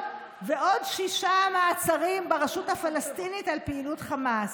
שישה מעצרים ברשות הפלסטינית על פעילות חמאס.